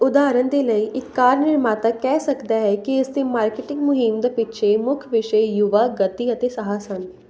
ਉਦਾਹਰਣ ਦੇ ਲਈ ਇੱਕ ਕਾਰ ਨਿਰਮਾਤਾ ਕਹਿ ਸਕਦਾ ਹੈ ਕਿ ਇਸ ਦੀ ਮਾਰਕੀਟਿੰਗ ਮੁਹਿੰਮ ਦੇ ਪਿੱਛੇ ਮੁੱਖ ਵਿਸ਼ੇ ਯੁਵਾ ਗਤੀ ਅਤੇ ਸਾਹਸ ਹਨ